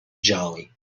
jolly